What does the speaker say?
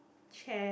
chair